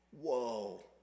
Whoa